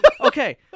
Okay